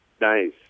Nice